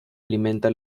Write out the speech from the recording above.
alimenta